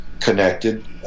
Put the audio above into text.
connected